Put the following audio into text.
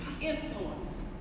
influence